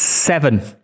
Seven